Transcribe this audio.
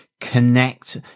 connect